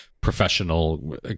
professional